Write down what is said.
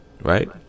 right